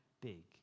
big